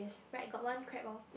right got one crab lor